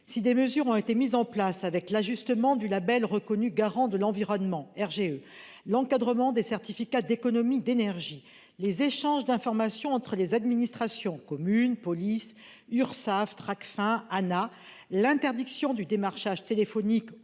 Si des mesures ont été mises en place avec l'ajustement du Label reconnu garant de l'environnement RGE. L'encadrement des certificats d'économie d'énergie, les échanges d'informations entre les administrations commune police Urssaf Tracfin Anna l'interdiction du démarchage téléphonique ou